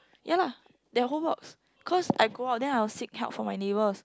ya lah that whole box cause I go out then I will seek help from me neighbours